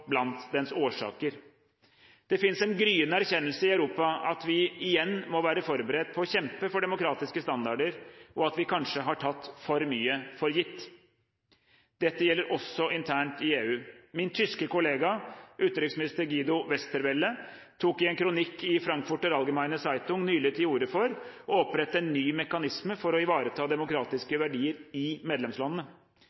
blant dens årsaker. Det finnes en gryende erkjennelse i Europa av at vi igjen må være forberedt på å kjempe for demokratiske standarder, og at vi kanskje har tatt for mye for gitt. Dette gjelder også internt i EU. Min tyske kollega, utenriksminister Guido Westerwelle, tok i en kronikk i Frankfurter Allgemeine Zeitung nylig til orde for å opprette en ny mekanisme for å ivareta demokratiske